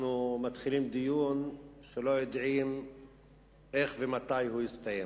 אנחנו מתחילים דיון שלא יודעים איך ומתי הוא יסתיים.